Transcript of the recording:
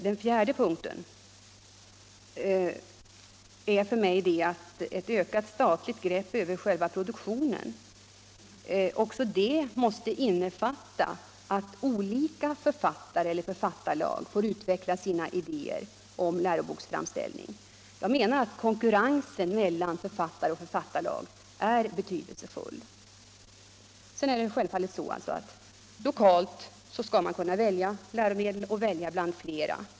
Den fjärde punkten är för mig att också ett ökat statligt grepp över själva produktionen innefattar att olika författare eller författarlag får utveckla sina idéer om läroboksframställning. Jag menar att konkurrensen mellan författare och författarlag är betydelsefull. Det är självklart att man lokalt skall kunna välja läromedel och välja bland flera.